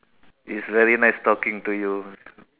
it's very nice talking to you